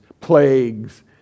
plagues